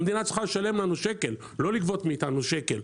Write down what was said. המדינה צריכה לשלם לנו שקל ולא לגבות מאתנו שקל.